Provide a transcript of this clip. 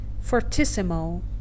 fortissimo